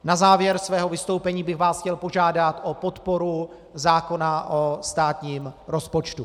Na závěr svého vystoupení bych vás chtěl požádat o podporu zákona o státním rozpočtu.